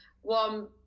One